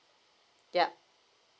yup